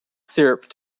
syrup